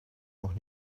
noch